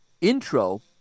intro